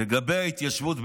לגבי ההתיישבות בעזה,